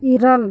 ᱤᱨᱟᱹᱞ